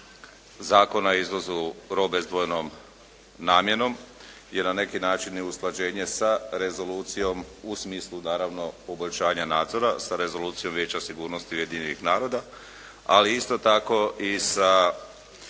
Zakona o izvozu robe s dvojnom namjenom je na neki način i usklađenje sa rezolucijom u smislu naravno poboljšanja nadzora sa Rezolucijom Vijeća sigurnosti Ujedinjenih naroda, ali isto tako i sa